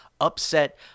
upset